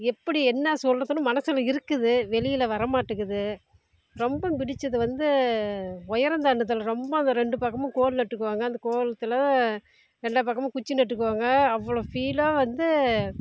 எப்படி என்ன சொல்கிறதுன்னு மனசில் இருக்குது வெளியில் வர மாட்டேங்குது ரொம்பம் பிடித்தது வந்து உயரம் தாண்டுதல் ரொம்ப அந்த ரெண்டு பக்கமும் கோட்டில் இட்டுக்குவாங்க அந்த கோலத்தில் எல்லா பக்கமும் குச்சி நட்டுக்குவாங்க அவ்வளோ ஸ்ஃபீடா வந்து